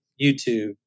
YouTube